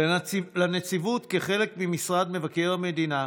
לנציבות, כחלק ממשרד מבקר המדינה,